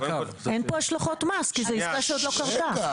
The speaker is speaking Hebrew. אין פה הכנסות מס כי זו עסקה שעוד לא קרתה.